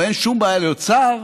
אבל אין שום בעיה להיות שר.